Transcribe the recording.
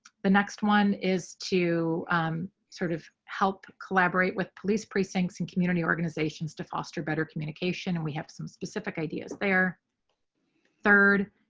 the next one is to sort of help collaborate with police precincts and community organizations to foster better communication and we have some specific ideas, their katy